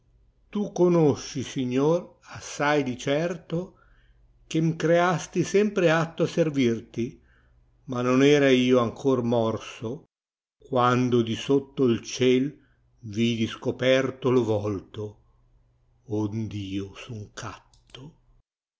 tu conosci signore assai di certo che m creasti sempre atto a servirti ma non era io ancor morto quando di sotto il giel vidi scoperto lo volto ond io soa catto